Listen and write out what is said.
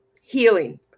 healing